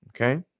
Okay